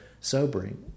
sobering